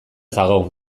zagok